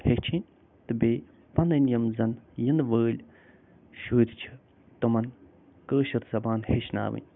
ہیٚچھِنۍ تہٕ بیٚیہِ پنٕنۍ یِم زن یِنہٕ وٲلۍ شُرۍ چھِ تِمن کٲشِر زبان ہیٚچھناوٕنۍ